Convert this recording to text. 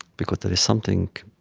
because there is something